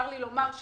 צר לי לומר,